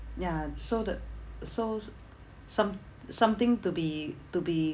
ya so the so s~ some something to be to be